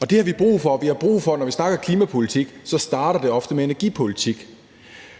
det har vi brug for. Vi har brug for, når vi snakker klimapolitik, at det ofte starter med energipolitik.